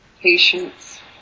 Patience